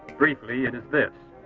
briefly, it is this